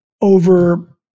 over